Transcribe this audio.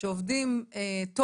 שעובדים טוב